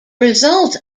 result